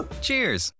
Cheers